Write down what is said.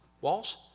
Walls